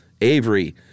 Avery